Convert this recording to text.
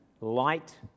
Light